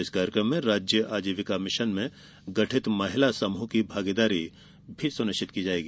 इस कार्यक्रम में राज्य आजीविका मिशन में गठित महिला समूह की भागीदारी सुनिश्चित की जायेगी